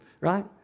right